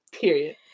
Period